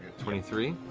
twenty three?